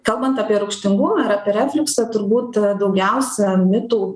kalbant apie rūgštingumą ar apie refliuksą turbūt daugiausia mitų